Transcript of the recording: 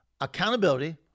accountability